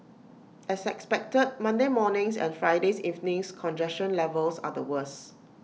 as expected Monday morning's and Friday's evening's congestion levels are the worse